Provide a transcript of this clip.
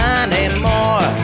anymore